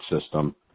system